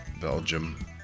Belgium